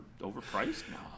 overpriced